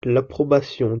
l’approbation